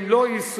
הם לא ייסעו,